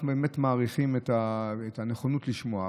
אנחנו באמת מעריכים את הנכונות לשמוע,